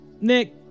Nick